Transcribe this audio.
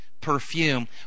perfume